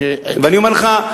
ואני אומר לך,